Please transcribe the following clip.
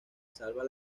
salva